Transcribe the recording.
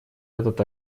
этот